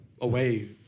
away